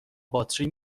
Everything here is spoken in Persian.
باطری